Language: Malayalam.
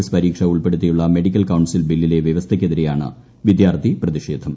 എസ് പരീക്ഷ ഉൾപ്പെടുത്തിയുള്ള മെഡിക്കൽ കൌൺസിൽ ബില്ലിലെ വൃവസ്ഥയ്ക്കെതിരെയാണ് വിദ്യാർത്ഥി പ്രതിഷേധം